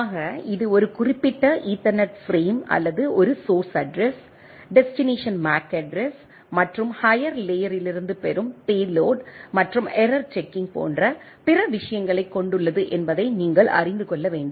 ஆக இது ஒரு குறிப்பிட்ட ஈத்தர்நெட் பிரேம் அல்லது ஒரு source address destination MAC address மற்றும் ஹையர் லேயரில் இருந்து பெறும் பேலோட் மற்றும் எரர் செக்கிங் போன்ற பிற விஷயங்களைக் கொண்டுள்ளது என்பதை நீங்கள் அறிந்து கொள்ள வேண்டும்